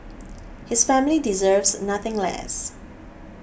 his family deserves nothing less